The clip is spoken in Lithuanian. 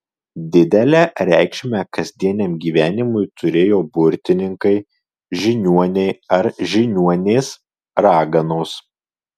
didelę reikšmę kasdieniam gyvenimui turėjo burtininkai žiniuoniai ar žiniuonės raganos